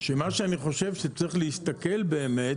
שמה שאני חושב שצריך להסתכל באמת,